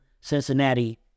Cincinnati